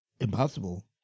impossible